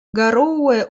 гароуэ